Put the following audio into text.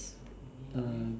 uh